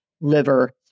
liver